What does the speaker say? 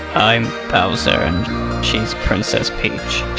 i'm bowser and she's princess peach.